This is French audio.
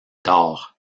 d’or